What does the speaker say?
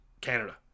Canada